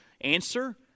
Answer